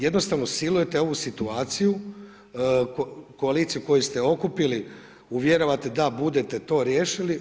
Jednostavno silujete ovu situaciju, koaliciju koju ste okupili uvjeravate da budete to riješili.